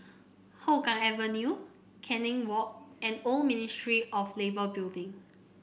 Hougang Avenue Canning Walk and Old Ministry of Labour Building